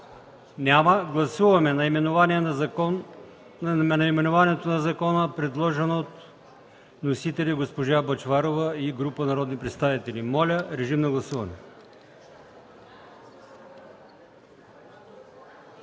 Няма. Гласуваме наименованието на закона, предложен от вносителя госпожа Бъчварова и група народни представители. Гласували